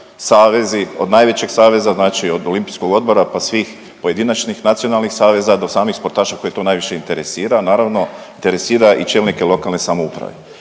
od najvećeg saveza, znači od Olimpijskog odbora do svih pojedinačnih nacionalnih saveza do samih sportaša koje to najviše interesira. Naravno, interesira i čelnike lokalne samouprave.